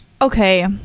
Okay